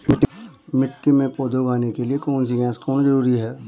मिट्टी में पौधे उगाने के लिए कौन सी गैस का होना जरूरी है?